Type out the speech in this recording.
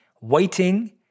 Waiting